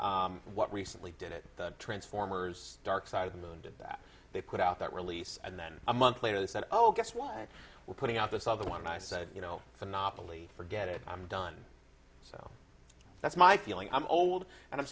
what recently did it the transformers dark side of the moon did that they put out that release and then a month later they said oh guess why we're putting out this other one and i said you know phenomenally forget it i'm done that's my feeling i'm old and i'm